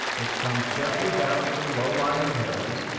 which comes gently down from low-lying hills,